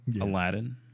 Aladdin